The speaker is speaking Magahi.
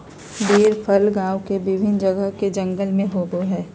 बेर फल गांव के विभिन्न जगह के जंगल में होबो हइ